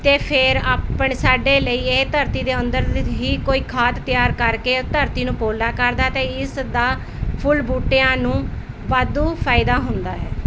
ਅਤੇ ਫੇਰ ਆਪਣ ਸਾਡੇ ਲਈ ਇਹ ਧਰਤੀ ਦੇ ਅੰਦਰ ਹੀ ਕੋਈ ਖਾਦ ਤਿਆਰ ਕਰਕੇ ਧਰਤੀ ਨੂੰ ਪੋਲਾ ਕਰਦਾ ਅਤੇ ਇਸਦਾ ਫੁੱਲ ਬੂਟਿਆਂ ਨੂੰ ਵਾਧੂ ਫਾਇਦਾ ਹੁੰਦਾ ਹੈ